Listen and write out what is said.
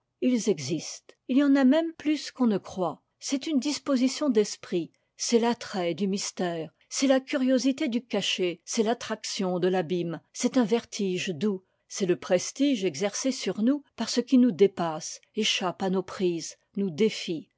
ils existent il y en a même plus qu'on ne croit c'est une disposition d'esprit c'est l'attrait du mystère c'est la curiosité du caché c'est l'attraction de l'abîme c'est un vertige doux c'est le prestige exercé sur nous par ce qui nous dépasse échappe à nos prises nous défie